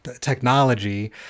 technology